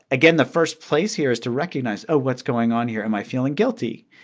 again, the first place here is to recognize, oh, what's going on here? am i feeling guilty?